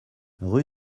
rue